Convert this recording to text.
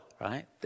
right